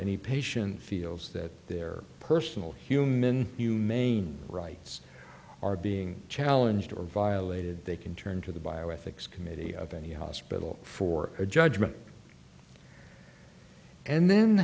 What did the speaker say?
any patient feels that their personal human humane rights are being challenged or violated they can turn to the bioethics committee of any hospital for a judgment and then